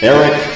Eric